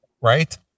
Right